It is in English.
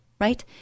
Right